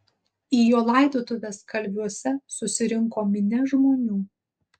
į jo laidotuves kalviuose susirinko minia žmonių